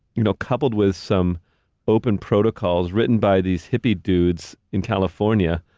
you know, coupled with some open protocols, written by these hippie dudes in california,